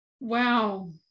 Wow